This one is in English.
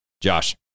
Josh